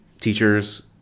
teachers